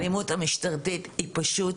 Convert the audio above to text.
האלימות המשטרתית היא פשוט